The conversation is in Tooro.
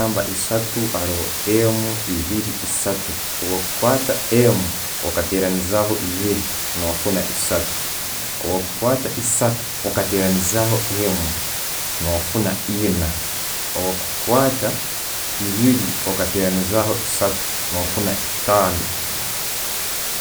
Namba esatu aroho, emu, ebiri, esatu. Obwokukwata emu okateranizaho ebiiri, no funa esatu. Bwo'kukwata esatu, okateranizaho emu, no'funa ena. Obwokukwata ebiri okateranizaho esatu, ofuna etano.